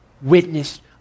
witnessed